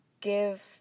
give